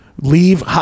leave